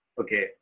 okay